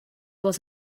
was